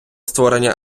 створення